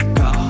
go